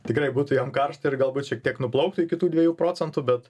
tikrai būtų jam karšta ir galbūt šiek tiek nuplauktų iki tų dviejų procentų bet